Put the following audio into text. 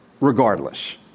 regardless